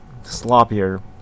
sloppier